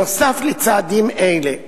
נוסף על צעדים אלה,